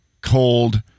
cold